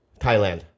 Thailand